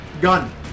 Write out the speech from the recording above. gun